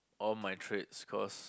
all my traits cause